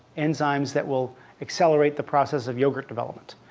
enzymes that will accelerate the process of yogurt development,